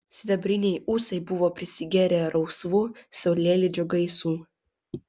sidabriniai ūsai buvo prisigėrę rausvų saulėlydžio gaisų